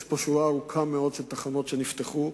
יש פה שורה ארוכה של תחנות שנפתחו,